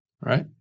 Right